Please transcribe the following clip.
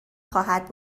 خواهد